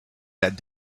that